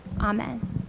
Amen